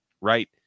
right